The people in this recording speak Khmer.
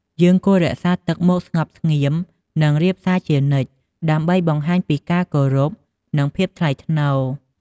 យើងគួររក្សាទឹកមុខស្ងប់ស្ងៀម និង រាបសារជានិច្ច ដើម្បីបង្ហាញពីការគោរព និង ភាពថ្លៃថ្នូរ។